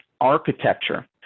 architecture